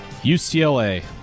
UCLA